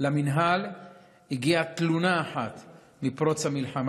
למינהל הגיעה תלונה אחת מפרוץ המלחמה,